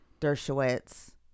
Dershowitz